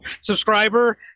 subscriber